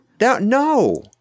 No